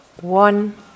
one